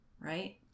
right